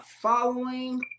following